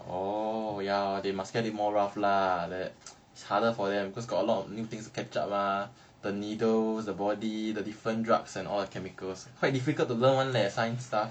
orh ya they must get it more or rough lah like that it is harder for them because got a lot of new things to catch up mah the needles the body the different drugs and all the chemicals quite difficult to learn [one] leh science stuff